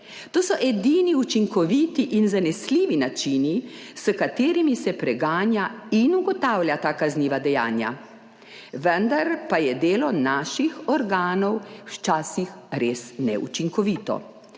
To so edini učinkoviti in zanesljivi načini, s katerimi se preganja in ugotavlja ta kazniva dejanja, vendar pa je delo naših organov včasih res neučinkovito.